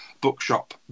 bookshop